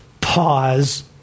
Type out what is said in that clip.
Pause